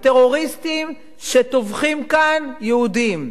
הטרוריסטים שטובחים כאן יהודים,